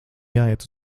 jāiet